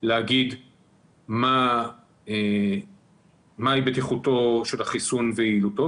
להגיד מהי בטיחותו של החיסון ויעילותו,